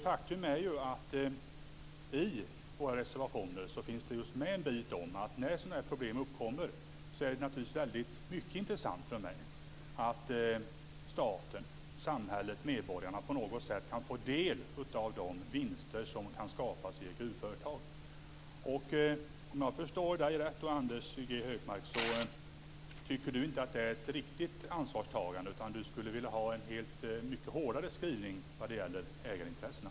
Faktum är att vi i våra reservationer har skrivit en bit om att det när sådana här problem uppkommer är mycket intressant om staten, samhället och medborgarna kan få del av de vinster som skapas i ett gruvföretag. Om jag förstår Anders G Högmark rätt tycker han inte att det är ett riktigt ansvarstagande, utan han skulle vilja ha en mycket hårdare skrivning vad det gäller ägarintressena.